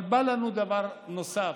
אבל בא לנו דבר נוסף,